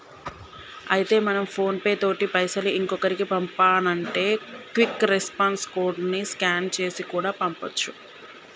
అయితే మనం ఫోన్ పే తోటి పైసలు ఇంకొకరికి పంపానంటే క్విక్ రెస్పాన్స్ కోడ్ ని స్కాన్ చేసి కూడా పంపొచ్చు